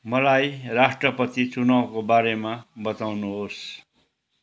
मलाई राष्ट्रपति चुनावको बारेमा बताउनुहोस्